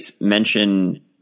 mention